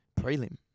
prelim